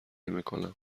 میکنم